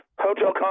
Hotel